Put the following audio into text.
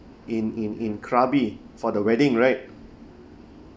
in in in krabi for the wedding right